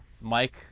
Mike